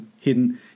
hidden